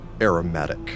aromatic